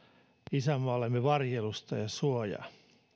isänmaallemme varjelusta ja suojaa